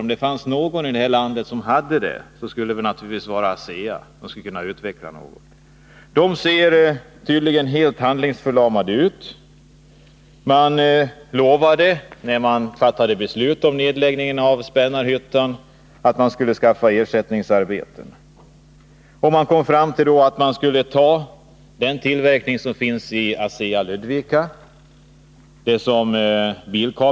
Om det finns någon i det här landet som borde ha enorma resurser, skulle det ju vara ASEA. På ASEA är man tydligen helt handlingsförlamad. När man fattade beslut om nedläggningen i Spännarhyttan lovade man att skaffa ersättningsarbeten, och man kom fram till att man skulle ta den tillverkning av bilkabelnät som finns vid ASEA i Ludvika.